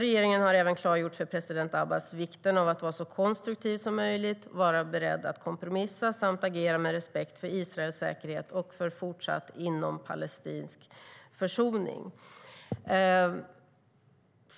Regeringen har även klargjort för president Abbas vikten av att vara så konstruktiv som möjligt, vara beredd att kompromissa samt agera med respekt för Israels säkerhet och för fortsatt inompalestinsk försoning.